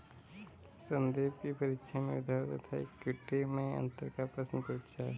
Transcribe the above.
संदीप की परीक्षा में उधार तथा इक्विटी मैं अंतर का प्रश्न पूछा